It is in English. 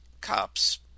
cops